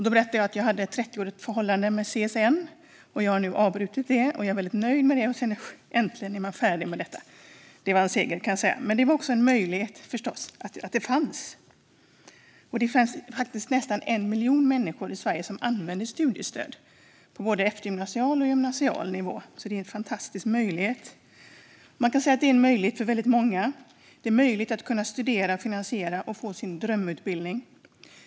Då berättade jag att jag hade ett 30-årigt förhållande med CSN. Jag har nu avbrutit det, och det är jag väldigt nöjd med. Äntligen är man färdig med detta - puh! Det var en seger, kan jag säga. Men det var förstås också en möjlighet att det fanns. Det är nästan 1 miljon människor i Sverige som använder studiestöd på både eftergymnasial och gymnasial nivå. Det är en fantastisk möjlighet. Man kan säga att det är en möjlighet för väldigt många. Det är en möjlighet att studera och finansiera sin drömutbildning.